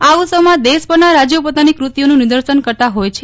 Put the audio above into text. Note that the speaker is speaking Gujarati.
આ ઉત્સવમાં દેશભરના રાજ્યો પોતાની કૃતિઓનું નિદર્શન કરતાં જોય છે